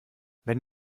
wenn